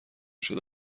شده